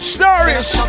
Stories